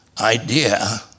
idea